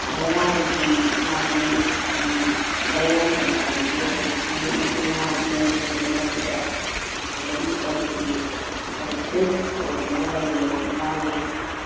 ꯃꯩꯔꯥꯕꯒꯤ ꯃꯥꯒꯤ ꯂꯩꯔꯣꯟ ꯆꯟꯐꯝ ꯑꯁꯤ ꯍꯧꯖꯤꯛꯀꯤ ꯃꯆꯤꯟ ꯃꯅꯥꯎ ꯆꯤꯡꯒꯤ ꯆꯤꯡꯂꯛꯁꯤꯗ ꯑꯗꯨꯝ ꯑꯣꯏꯈꯤ ꯍꯧꯖꯤꯛꯁꯨ ꯑꯣꯏꯗꯨꯅ ꯂꯩꯔꯤ ꯑꯗꯨ ꯃꯥꯒꯤ